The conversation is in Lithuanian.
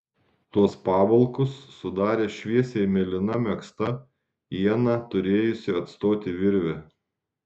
tuos pavalkus sudarė šviesiai mėlyna megzta ieną turėjusi atstoti virvė